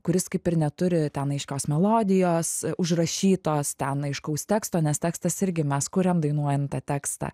kuris kaip ir neturi ten aiškios melodijos užrašytos ten aiškaus teksto nes tekstas irgi mes kuriam dainuojam tą tekstą